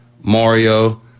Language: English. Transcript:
Mario